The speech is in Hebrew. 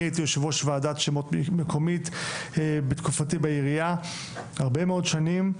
אני הייתי יושב ראש ועדת שמות מקומית בתקופתי בעירייה הרבה מאוד שנים,